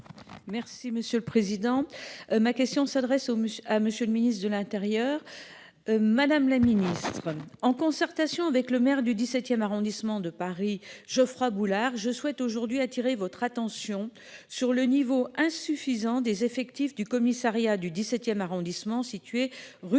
Merci monsieur le président, ma question s'adresse aux monsieur, à monsieur le ministre de l'Intérieur. Madame la ministre, en concertation avec le maire du XVIIe arrondissement de Paris. Geoffroy Boulard je souhaite aujourd'hui attirer votre attention sur le niveau insuffisant des effectifs du commissariat du 17e arrondissement situé rue